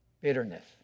bitterness